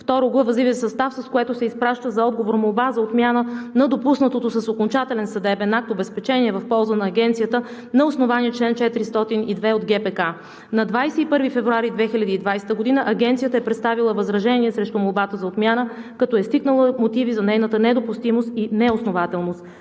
Втори въззивен състав, с което се изпраща за отговор молба за отмяна на допуснатото с окончателен съдебен акт обезпечение в полза на Агенцията на основание чл. 402 от ГПК. На 21 февруари 2020 г. Агенцията е представила възражение срещу молбата за отмяна, като е изтъкнала мотиви за нейната недопустимост и неоснователност.